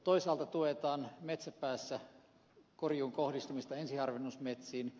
toisaalta tuetaan metsäpäässä korjuun kohdistumista ensiharvennusmetsiin